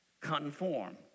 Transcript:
conform